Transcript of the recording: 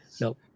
Nope